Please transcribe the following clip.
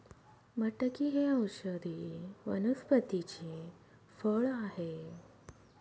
मटकी हे औषधी वनस्पतीचे फळ आहे